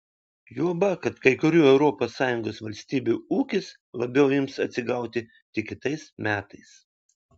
juoba kad kai kurių europos sąjungos valstybių ūkis labiau ims atsigauti tik kitais metais